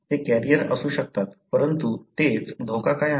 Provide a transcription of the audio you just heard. ते कॅरियर असू शकतात परंतु तेच धोका काय आहे